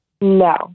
No